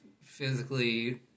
physically